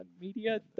media